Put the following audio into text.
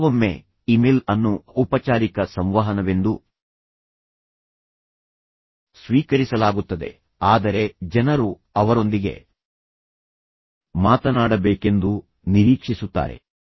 ಕೆಲವೊಮ್ಮೆ ಇಮೇಲ್ ಅನ್ನು ಔಪಚಾರಿಕ ಸಂವಹನವೆಂದು ಸ್ವೀಕರಿಸಲಾಗುತ್ತದೆ ಆದರೆ ಜನರು ಅವರೊಂದಿಗೆ ಮಾತನಾಡಬೇಕೆಂದು ನಿರೀಕ್ಷಿಸುತ್ತಾರೆ